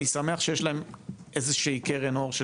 אני שמח שיש להם איזושהי קרן אור של